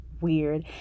weird